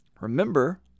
Remember